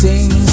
Sing